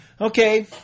Okay